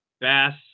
Bass